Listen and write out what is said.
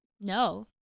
No